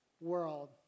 world